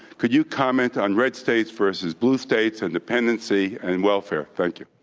could you comment on red states versus blue states and dependency and welfare? thank you.